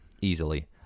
easily